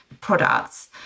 products